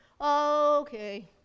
Okay